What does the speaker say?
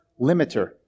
limiter